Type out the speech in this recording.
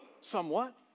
somewhat